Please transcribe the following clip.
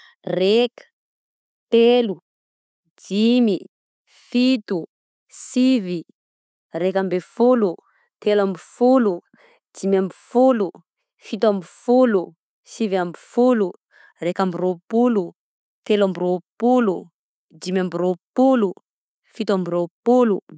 Reka, telo, dimy, fito, sivy, raika amby folo, telo amby folo, dimy amby folo, fito amby folo, sivy amby folo, raika amby rôpolo, telo amby rôpolo, dimy amby rôpolo, fito amby rôpolo.